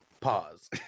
Pause